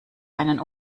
einen